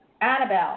Annabelle